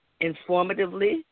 informatively